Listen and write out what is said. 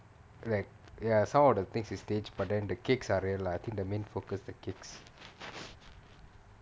like ya some of the things is staged but then the cakes are real lah I think the main focus the cakes